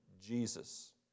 Jesus